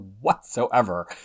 whatsoever